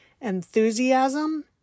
enthusiasm